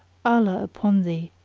allah upon thee,